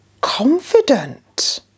confident